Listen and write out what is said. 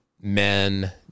men